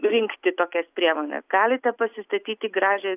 rinkti tokias priemones galite pasistatyti gražią